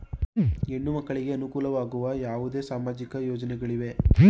ಹೆಣ್ಣು ಮಕ್ಕಳಿಗೆ ಅನುಕೂಲವಾಗುವ ಯಾವುದೇ ಸಾಮಾಜಿಕ ಯೋಜನೆಗಳಿವೆಯೇ?